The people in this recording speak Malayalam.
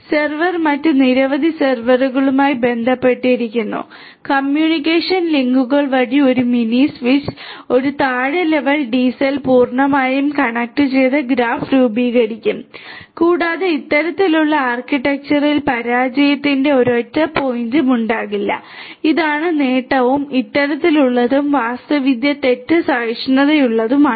സെർവർ മറ്റ് നിരവധി സെർവറുകളുമായി ബന്ധപ്പെട്ടിരിക്കുന്നു കമ്മ്യൂണിക്കേഷൻ ലിങ്കുകൾ വഴി ഒരു മിനി സ്വിച്ച് ഒരു താഴ്ന്ന ലെവൽ DCell പൂർണ്ണമായി കണക്റ്റുചെയ്ത ഗ്രാഫ് രൂപീകരിക്കും കൂടാതെ ഇത്തരത്തിലുള്ള ആർക്കിടെക്ചറിൽ പരാജയത്തിന്റെ ഒരൊറ്റ പോയിന്റും ഉണ്ടാകില്ല ഇതാണ് നേട്ടവും ഇത്തരത്തിലുള്ളതും വാസ്തുവിദ്യ തെറ്റ് സഹിഷ്ണുതയുള്ളതാണ്